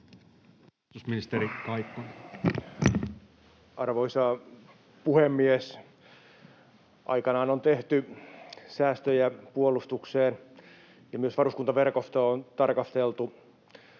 Arvoisa puhemies! Aikanaan on tehty säästöjä puolustukseen ja myös varuskuntaverkostoa on tarkasteltu.